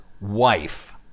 wife